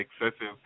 excessive